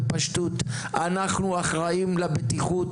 בפשטות: "אנחנו אחראים לבטיחות,